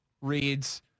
reads